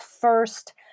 first